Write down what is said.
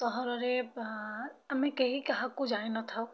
ସହରରେ ଆମେ କେହି କାହାକୁ ଜାଣି ନଥାଉ